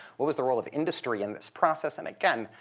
what was the role of industry in this process? and again,